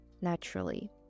naturally